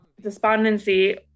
despondency